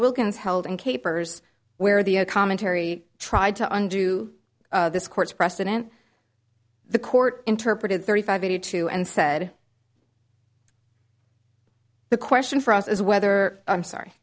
wilkins held and capers where the commentary tried to undo this court's precedent the court interpreted thirty five eighty two and said the question for us is whether i'm sorry